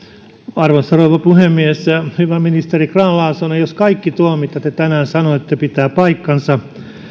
arvoisa rouva puhemies hyvä ministeri grahn laasonen jos kaikki tuo mitä te tänään sanoitte pitää paikkansa